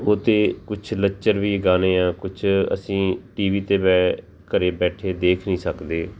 ਉਹ ਤਾਂ ਕੁਛ ਲੱਚਰ ਵੀ ਗਾਣੇ ਆ ਕੁਛ ਅਸੀਂ ਟੀਵੀ 'ਤੇ ਬਹਿ ਘਰੇ ਬੈਠੇ ਦੇਖ ਨਹੀਂ ਸਕਦੇ